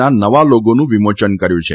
ના નવા લોગોનું વિમોચન કર્યું છે